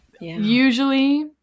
usually